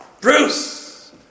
Bruce